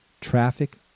Traffic